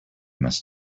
must